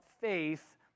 faith